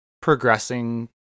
progressing